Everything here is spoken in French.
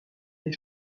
des